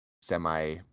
semi